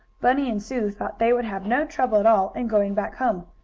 bunny and sue thought they would have no trouble at all in going back home,